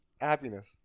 Happiness